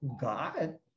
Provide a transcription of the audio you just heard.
God